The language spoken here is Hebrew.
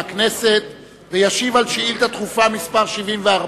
הכנסת וישיב על שאילתא דחופה מס' 74,